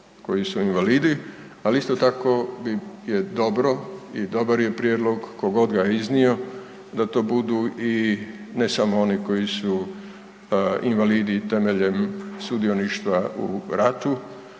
koji su invalidi ali isto tako je dobro i dobar je prijedlog tko god ga iznio, da to budu i ne samo oni koji su invalidi temeljem sudioništva u ratu